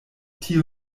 tio